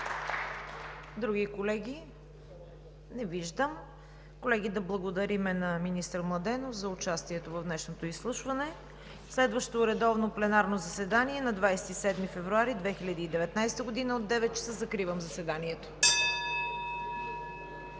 Други колеги? Не виждам. Колеги, да благодарим на министър Маринов за участието в днешното изслушване. Следващото редовно пленарно заседание е на 27 февруари 2019 г. от 9,00 ч. Закривам заседанието.